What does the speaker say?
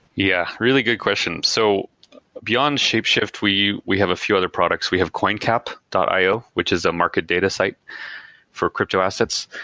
yeah, really good question. so beyond shapeshift, we we have a few other products. we have coincap io, which is a market data site for crypto assets.